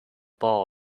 ball